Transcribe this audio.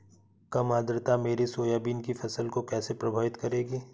कम आर्द्रता मेरी सोयाबीन की फसल को कैसे प्रभावित करेगी?